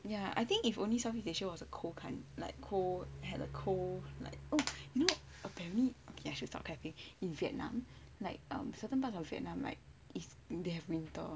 oh but ya I think if only southeast asia was a cold country like cold had a cold like you know apparently okay I should stop clapping in vietnam like um certain parts of vietnam like they have winter